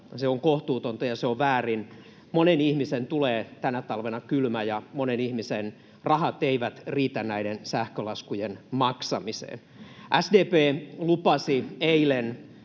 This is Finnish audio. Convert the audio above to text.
se on kohtuutonta, ja se on väärin. Monen ihmisen tulee tänä talvena kylmä, ja monen ihmiset rahat eivät riitä näiden sähkölaskujen maksamiseen. SDP lupasi eilen,